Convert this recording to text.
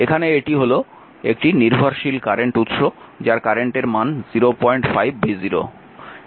এখানে এটি হল একটি নির্ভরশীল কারেন্ট উৎস যার কারেন্টের মান 05 v0